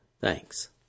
Thanks